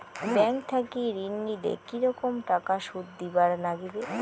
Bank থাকি ঋণ নিলে কি রকম টাকা সুদ দিবার নাগিবে?